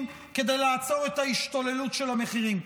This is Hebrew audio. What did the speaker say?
כדי לעצור את ההשתוללות של המחירים?